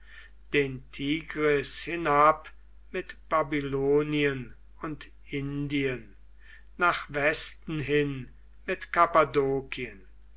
den tigris hinab mit babylonien und indien nach westen hin mit